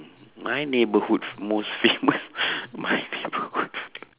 my neighbourhood most famous my neighborhood